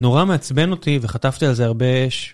נורא מעצבן אותי, וחטפתי על זה הרבה אש.